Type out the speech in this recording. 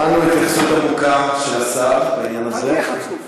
שמענו התייחסות עמוקה של השר לעניין הזה.